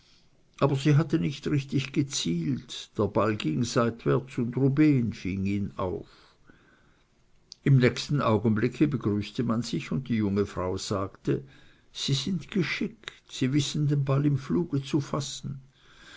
aber sie hatte nicht richtig gezielt der ball ging seitwärts und rubehn fing ihn auf im nächsten augenblicke begrüßte man sich und die junge frau sagte sie sind geschickt sie wissen den ball im fluge zu fassen